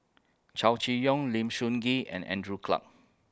Chow Chee Yong Lim Sun Gee and Andrew Clarke